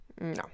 no